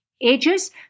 ages